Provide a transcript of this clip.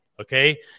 Okay